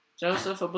Joseph